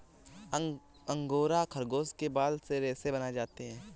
angora खरगोश के बाल से रेशे बनाए जाते हैं